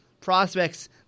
prospects